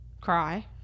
cry